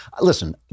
Listen